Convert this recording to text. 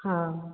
हाँ